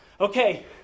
Okay